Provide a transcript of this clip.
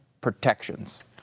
protections